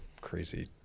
crazy